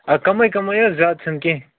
آ کَمٕے کَمٕے حظ زیادٕ چھنہٕ کیٚنٛہہ